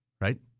right